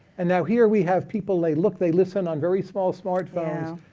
and now here we have people, they look, they listen on very small smartphones.